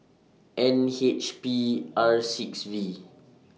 N H P R six V